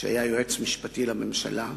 שהיה יועץ משפטי לממשלה,